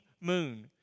Moon